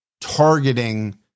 targeting